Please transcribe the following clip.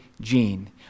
gene